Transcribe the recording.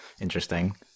interesting